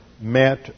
met